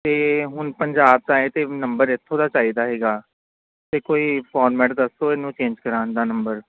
ਅਤੇ ਹੁਣ ਪੰਜਾਬ 'ਚ ਆਏ ਤਾਂ ਨੰਬਰ ਇੱਥੋਂ ਦਾ ਚਾਹੀਦਾ ਸੀਗਾ ਤਾਂ ਕੋਈ ਫੋਰਮੈਟ ਦੱਸੋ ਇਹਨੂੰ ਚੇਂਜ ਕਰਾਉਣ ਦਾ ਨੰਬਰ